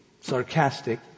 sarcastic